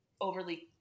overly